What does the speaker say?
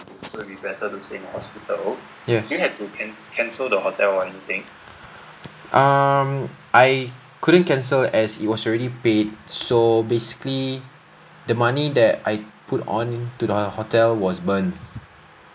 yes um I couldn't cancel as it was already paid so basically the money that I put on to the hotel was burnt